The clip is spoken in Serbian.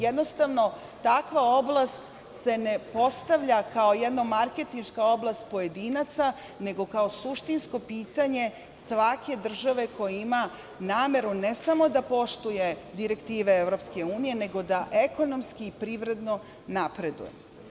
Jednostavno, takva oblast se ne postavlja kao jedna marketinška oblast pojedinaca, nego kao suštinsko pitanje svake države koja ima nameru ne samo da poštuje direktive EU, nego da ekonomski i privredno napreduje.